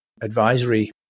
advisory